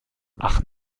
ach